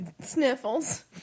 Sniffles